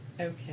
Okay